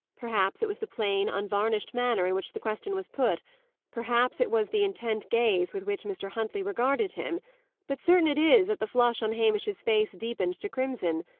perhaps it was the plain, unvarnished manner in which the question was put perhaps it was the intent gaze with which mr. huntley regarded him but, certain it is, that the flush on hamish's face deepened to crimson,